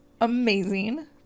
amazing